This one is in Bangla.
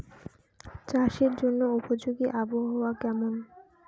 চাষের জন্য উপযোগী আবহাওয়া কেমন?